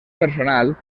personal